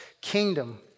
kingdom